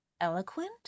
eloquent